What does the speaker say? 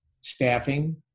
staffing